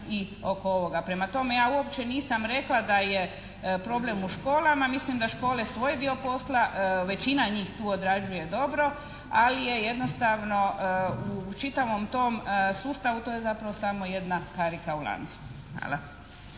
i oko ovoga. Prema tome, ja uopće nisam rekla da je problem u školama, mislim da škole svoj dio posla većina njih tu odrađuje dobro ali je jednostavno u čitavom tom sustavu to je zapravo samo jedna karika u lancu. Hvala.